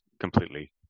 Completely